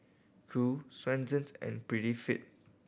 Qoo Swensens and Prettyfit